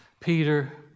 Peter